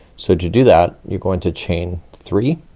so to do that, you're going to chain three,